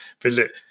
visit